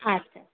আচ্ছা